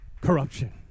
corruption